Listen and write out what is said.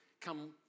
come